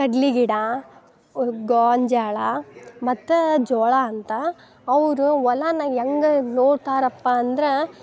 ಕಡ್ಲಿ ಗಿಡ ಓ ಗೋವ್ನ ಜ್ವಾಳಾ ಮತ್ತು ಜ್ವಾಳ ಅಂತ ಅವರ ಹೊಲನ ಹೆಂಗೆ ನೋಡ್ತಾರಪ್ಪ ಅಂದ್ರೆ